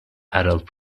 adult